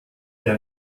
der